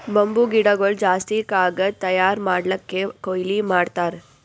bamboo ಗಿಡಗೊಳ್ ಜಾಸ್ತಿ ಕಾಗದ್ ತಯಾರ್ ಮಾಡ್ಲಕ್ಕೆ ಕೊಯ್ಲಿ ಮಾಡ್ತಾರ್